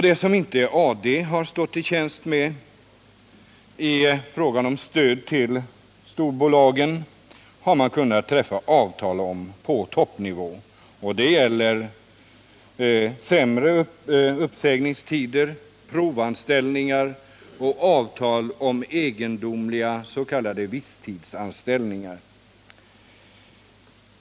Det som inte AD har stått till tjänst med i fråga om stöd till storbolagen har man kunnat träffa avtal om på toppnivå. Det gäller sämre uppsägningstider, provanställningar och avtal om egendomliga s.k. visstidsanställningar.